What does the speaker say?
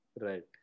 Right